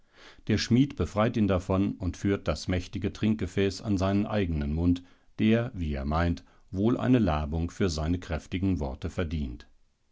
der schmied befreit ihn davon und führt das mächtige trinkgefäß an seinen eigenen mund der wie er meint wohl eine labung für seine kräftigen worte verdient